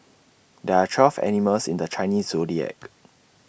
there are twelve animals in the Chinese Zodiac